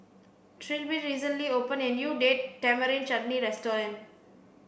Trilby recently opened a new Date Tamarind Chutney restaurant